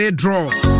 draws